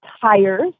tires